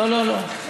לא, לא, לא.